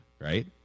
right